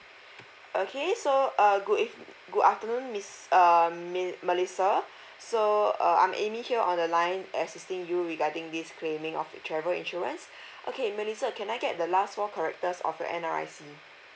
okay so uh good evening good afternoon miss err miss melissa so uh I'm amy here on the line assisting you regarding this claiming of travel insurance okay melissa can I get the last four characters of your N_R_I_C